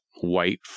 white